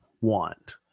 want